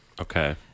Okay